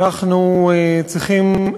אנחנו צריכים,